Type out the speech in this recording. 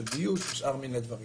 של דיוג ושאר מיני דברים.